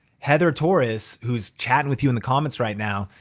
heather torres, who's chatting with you in the comments right now,